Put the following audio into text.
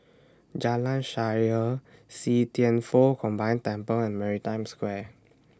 Jalan Shaer See Thian Foh Combined Temple and Maritime Square